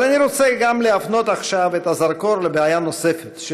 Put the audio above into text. אבל אני רוצה להפנות עכשיו את הזרקור לבעיה נוספת,